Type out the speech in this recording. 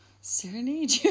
serenade